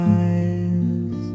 eyes